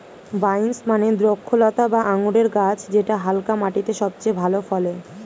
vines মানে দ্রক্ষলতা বা আঙুরের গাছ যেটা হালকা মাটিতে সবচেয়ে ভালো ফলে